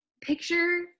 picture